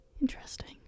Interesting